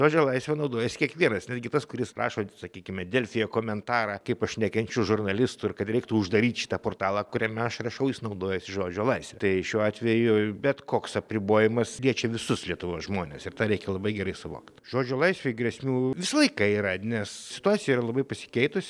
žodžio laisve naudojas kiekvienas netgi tas kuris rašo sakykime delfyje komentarą kaip aš nekenčiu žurnalistų ir kad reiktų uždaryt šitą portalą kuriame aš rašau jis naudojasi žodžio laisve tai šiuo atveju bet koks apribojimas liečia visus lietuvos žmones ir tą reikia labai gerai suvokt žodžio laisvei grėsmių visą laiką yra nes situacija yra labai pasikeitus